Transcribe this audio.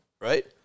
right